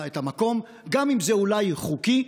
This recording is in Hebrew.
המקום, גם אם זה אולי חוקי.